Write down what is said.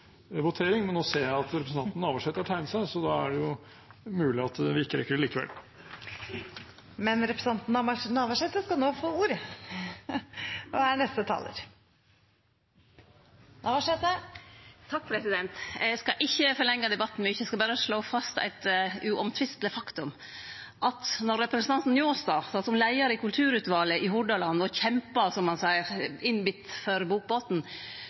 votering. Men nå ser jeg at representanten Navarsete har tegnet seg, så da er det jo mulig at vi ikke rekker det likevel! Men representanten Navarsete skal nå få ordet. Eg skal ikkje forlengje debatten mykje. Eg skal berre slå fast eit uomtvisteleg faktum: Då representanten Njåstad sat som leiar i kulturutvalet i Hordaland og «kjempa», som han seier, innbite for bokbåten,